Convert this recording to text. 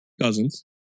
cousins